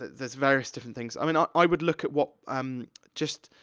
there's various different things. i mean, i would look at what, um just,